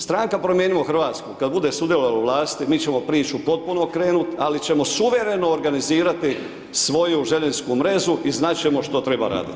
Stranka Promijenimo Hrvatsku, kada bude sudjelovala u vlasti, mi ćemo priču potpuno okrenuti, ali ćemo suvremeno organizirati svoju željezničku mrežu i znati ćemo što treba raditi.